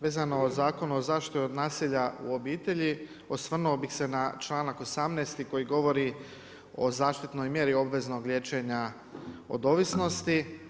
Vezano o Zakonu o zaštiti od nasilja u obitelji osvrnuo bih se na članak 18. koji govori o zaštitnoj mjeri obveznog liječenja od ovisnosti.